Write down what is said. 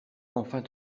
enfin